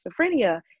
schizophrenia